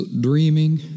dreaming